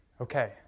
Okay